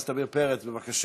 חבר הכנסת עמיר פרץ, בבקשה.